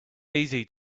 easy